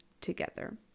together